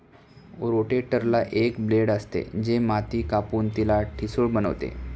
रोटेटरला एक ब्लेड असते, जे माती कापून तिला ठिसूळ बनवते